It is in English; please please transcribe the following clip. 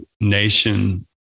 nation